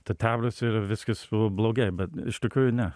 ta taboras yra viskas blogai bet iš tikrųjų ne